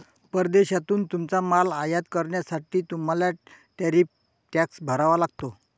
परदेशातून तुमचा माल आयात करण्यासाठी तुम्हाला टॅरिफ टॅक्स भरावा लागतो